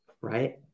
right